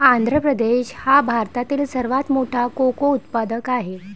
आंध्र प्रदेश हा भारतातील सर्वात मोठा कोको उत्पादक आहे